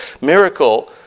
miracle